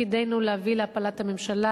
תפקידנו להביא להפלת הממשלה